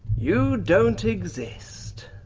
you don't exist.